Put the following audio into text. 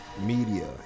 media